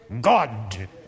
God